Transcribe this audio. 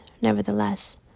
nevertheless